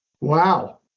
Wow